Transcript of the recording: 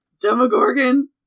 Demogorgon